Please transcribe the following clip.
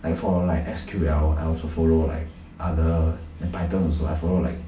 like for like S_Q_L I also follow like other and Python also I follow like